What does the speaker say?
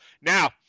Now